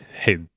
hey